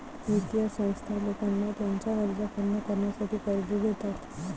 वित्तीय संस्था लोकांना त्यांच्या गरजा पूर्ण करण्यासाठी कर्ज देतात